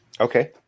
Okay